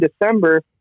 December